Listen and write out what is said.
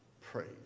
Praise